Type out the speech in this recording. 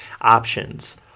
Options